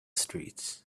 streets